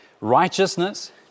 Righteousness